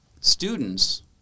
students